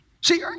See